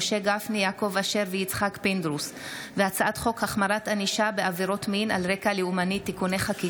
לקריאה שנייה ולקריאה שלישית: הצעת חוק חוזה הביטוח (תיקון מס' 12),